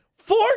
Four